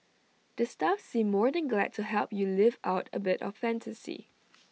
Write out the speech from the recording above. the staff seem more than glad to help you live out A bit of fantasy